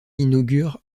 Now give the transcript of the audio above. inaugure